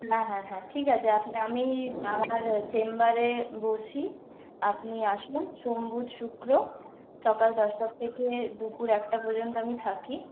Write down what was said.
হ্যাঁ হ্যাঁ হ্যাঁ ঠিক আছে আমি আমার চেম্বারে বসি আপনি আসুন সোম বুধ শুক্র সকাল দশটা থেকে দুপুর একটা পর্যন্ত আমি থাকি